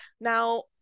Now